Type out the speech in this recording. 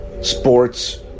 sports